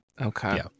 okay